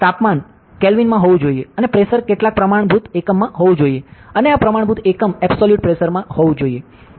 તાપમાન કેલ્વિન માં હોવું જોઈએ અને પ્રેશર કેટલાક પ્રમાણભૂત એકમમાં હોવું જોઈએ અને આ પ્રમાણભૂત એકમ એબ્સોલૂટ પ્રેશરમાં હોવું જોઈએ